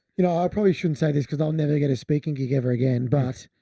you know, i probably shouldn't say this because i'll never get a speaking gig ever again, but.